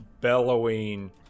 bellowing